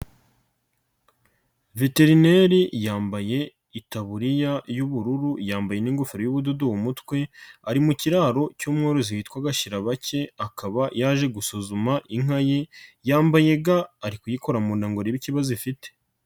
Veterineri yambaye itaburiya y'ubururu yambaye n'ingofero y'ubudodo mu mutwe, ari mu kiraro cy'umworozi witwa Gashyirabake akaba yaje gusuzuma inka ye, yambaye ga ari kuyikora mu nda ngo arebe ikibazo ifite.